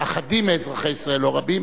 אחדים מאזרחי ישראל, לא רבים,